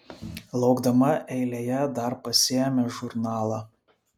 laukdama eilėje dar pasiėmė žurnalą